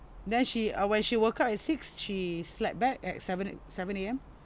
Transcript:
then she uh when she woke up at six she slept back at seven seven A_M